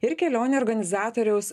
ir kelionių organizatoriaus